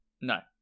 no